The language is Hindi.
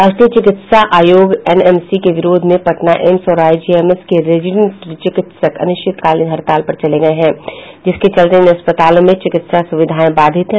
राष्ट्रीय चिकित्सा आयोगएनएमसी के विरोध में पटना एम्स और आईजीआईएमएस के रेजिडेंट चिकित्सक अनिश्चितकालीन हड़ताल पर चले गए हैं जिसके चलते इन अस्पतालों में चिकित्सा सुविधाएं बाधित हैं